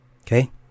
okay